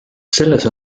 selles